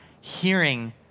hearing